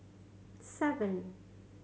seven